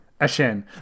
Ashen